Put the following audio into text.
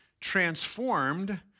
transformed